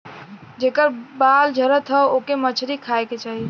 जेकर बाल झरत हौ ओके मछरी खाए के चाही